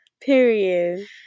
Period